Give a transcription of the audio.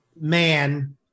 man